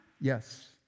Yes